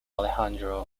alejandro